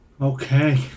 Okay